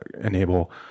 enable